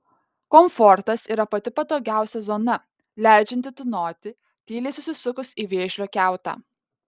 komfortas yra pati patogiausia zona leidžianti tūnoti tyliai susisukus į vėžlio kiautą